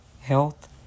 health